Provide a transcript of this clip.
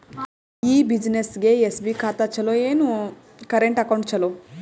ಈ ಬ್ಯುಸಿನೆಸ್ಗೆ ಎಸ್.ಬಿ ಖಾತ ಚಲೋ ಏನು, ಕರೆಂಟ್ ಅಕೌಂಟ್ ಚಲೋ?